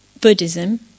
Buddhism